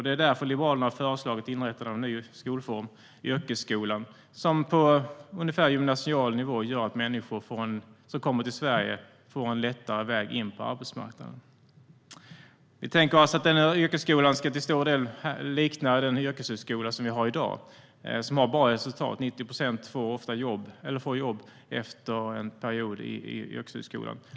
Det är därför Liberalerna har föreslagit inrättandet av en ny skolform på ungefär gymnasial nivå, yrkesskolan, som gör att människor som kommer till Sverige får en lättare väg in på arbetsmarknaden. Vi tänker oss att yrkesskolan till stor del ska likna den yrkeshögskola som vi har i dag och som har bra resultat. 90 procent får jobb efter avslutad yrkeshögskola.